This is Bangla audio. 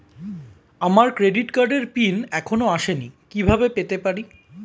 আমার ক্রেডিট কার্ডের পিন এখনো আসেনি কিভাবে পেতে পারি?